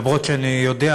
אף שאני יודע,